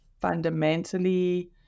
fundamentally